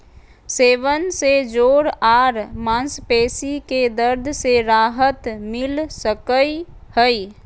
सेवन से जोड़ आर मांसपेशी के दर्द से राहत मिल सकई हई